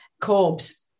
Corb's